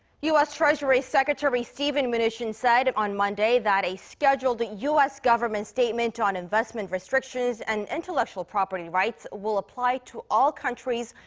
u s. treasury secretary steven mnuchin said on monday that a scheduled u s. government statement on investment restrictions and intellectual property rights will apply to all countries,